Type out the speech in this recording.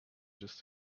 just